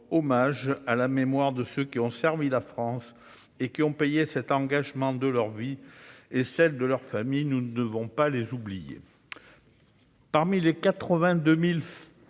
hommage à la mémoire de ceux qui ont servi la France et qui ont payé cet engagement de leur vie et de celles des membres de leur famille. Nous ne devons pas les oublier. Parmi les 82 000